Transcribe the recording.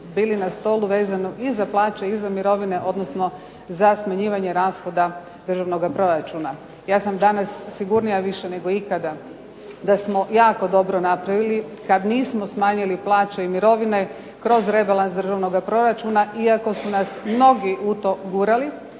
bili na stolu vezano i za plaće i za mirovine, odnosno za smanjivanje rashoda državnoga proračuna. Ja sam danas sigurnija više nego ikada da smo jako dobro napravili kad nismo smanjili plaće i mirovine kroz rebalans državnoga proračuna, iako su nas mnogi u to gurali